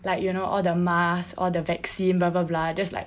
like you know all the masks all the vaccine blah blah blah just like